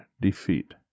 defeat